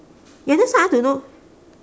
ya that's why I want to know